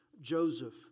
Joseph